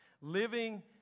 living